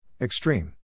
Extreme